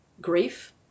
grief